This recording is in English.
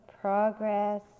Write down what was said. progress